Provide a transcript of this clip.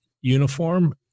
uniform